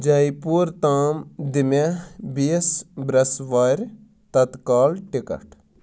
J پوٗر تام دِ مےٚ بیٚیِس بریس وارِ تتکال ٹکٹ